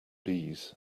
bees